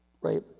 Right